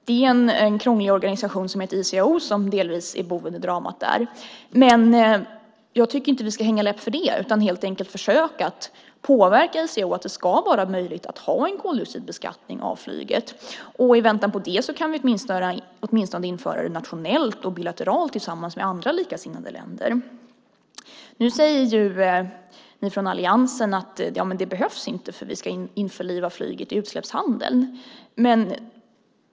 Det är en krånglig organisation som heter ICAO som delvis är boven i dramat där, men jag tycker inte att vi ska hänga läpp för det utan helt enkelt försöka påverka ICAO att det ska vara möjligt att ha en koldioxidbeskattning av flyget. Och i väntan på det kan vi åtminstone införa det nationellt och bilateralt tillsammans med andra likasinnade länder. Nu säger ni från alliansen att det inte behövs eftersom vi ska införliva flyget i utsläppshandeln.